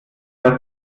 was